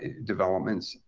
developments.